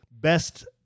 Best